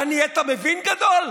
אתה נהיית מבין גדול?